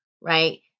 right